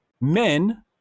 men